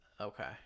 Okay